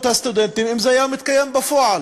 הסטודנטים אם זה היה מתקיים בפועל.